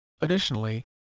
Additionally